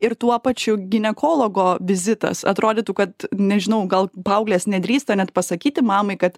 ir tuo pačiu ginekologo vizitas atrodytų kad nežinau gal paauglės nedrįsta net pasakyti mamai kad